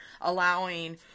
allowing